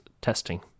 testing